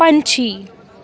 ਪੰਛੀ